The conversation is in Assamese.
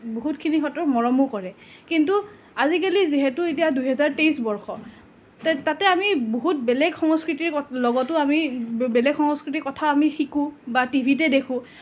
বহুতখিনি হয়তো মৰমো কৰে কিন্তু আজিকালি যিহেতু এতিয়া দুহেজাৰ তেইছ বৰ্ষ তাতে আমি বহুত বেলেগ সংস্কৃতিৰ লগতো আমি বেলেগ সংস্কৃতিৰ কথা আমি শিকোঁ বা টিভিতে দেখোঁ